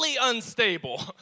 unstable